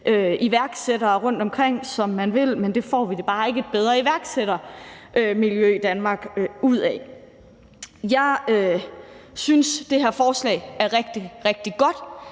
iværksættere rundtomkring, som man vil, men det får vi bare ikke et bedre iværksættermiljø af i Danmark. Jeg synes, det her forslag er rigtig, rigtig godt.